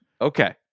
Okay